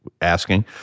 asking